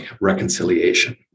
reconciliation